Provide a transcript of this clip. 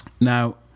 Now